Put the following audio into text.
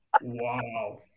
Wow